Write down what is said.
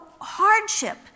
hardship